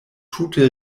tute